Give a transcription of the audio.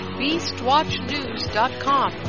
beastwatchnews.com